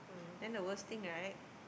then the worst thing right